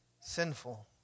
sinful